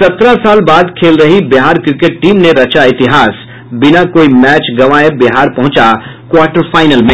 सत्रह साल बाद खेल रही बिहार क्रिकेट टीम ने रचा इतिहास बिना कोई मैच गंवाये बिहार पहुंचा क्वार्टर फाइनल में